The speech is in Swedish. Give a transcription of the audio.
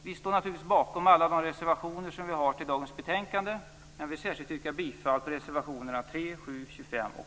Vi står naturligtvis bakom alla de reservationer vi har lagt till dagens betänkande, men jag vill särskilt yrka bifall till reservationerna 3, 7, 25 och